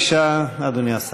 בבקשה, אדוני השר.